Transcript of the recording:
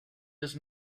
los